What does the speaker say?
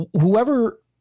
whoever